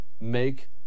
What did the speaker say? make